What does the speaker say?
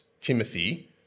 Timothy